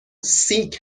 سیک